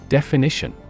Definition